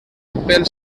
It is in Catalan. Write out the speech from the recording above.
pels